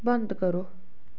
बंद करो